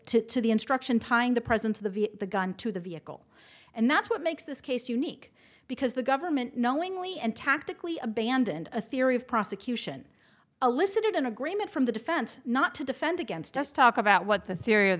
the to the instruction tying the president to the the gun to the vehicle and that's what makes this case unique because the government knowingly and tactically abandoned the theory of prosecution alyssa did an agreement from the defense not to defend against just talk about what the theory of